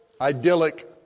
idyllic